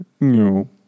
No